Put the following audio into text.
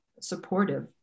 supportive